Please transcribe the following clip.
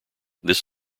this